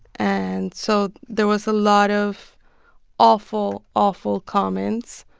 and so there was a lot of awful, awful comments,